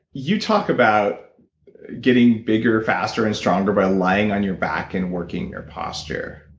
you talk about getting bigger, faster, and stronger by lying on your back and working your posture.